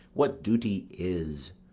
what duty is,